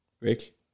Rick